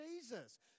Jesus